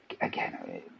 again